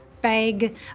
bag